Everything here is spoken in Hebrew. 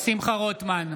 שמחה רוטמן,